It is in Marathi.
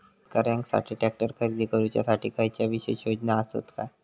शेतकऱ्यांकसाठी ट्रॅक्टर खरेदी करुच्या साठी खयच्या विशेष योजना असात काय?